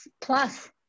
plus